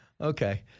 Okay